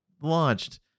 launched